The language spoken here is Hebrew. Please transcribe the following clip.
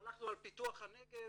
אנחנו הלכנו על פיתוח הנגב,